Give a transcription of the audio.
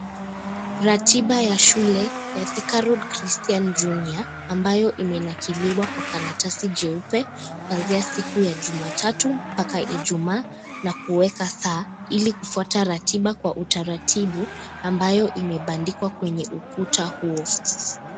Ratiba ya shule ya (cs)Thika Road Christian Junior(cs) ambayo imenakiliwa kwa karatasi jeupe kwanzia siku ya Jumatatu mpaka Ijumaa na kuweka saa ili kufuata ratiba kwa utaratibu ambayo imebandikwa kwenye ukuta huo.